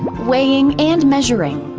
weighing and measuring,